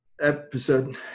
episode